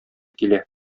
килә